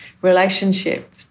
relationship